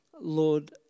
Lord